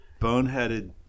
Boneheaded